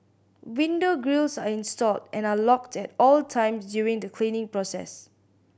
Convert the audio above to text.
window grilles are installed and are locked at all times during the cleaning process